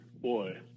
Boy